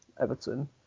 Everton